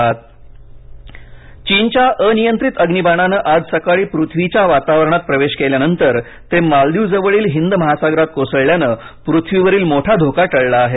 चीन अग्निबाण चीनच्या अनियंत्रित अग्निबाणाने आज सकाळी पृथ्वीच्या वातावरणात प्रवेश केल्यानंतर ते मालदीव जवळील हिंद महासागरात कोसळल्याने पृथ्वीवरील मोठा धोका टळला आहे